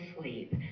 sleep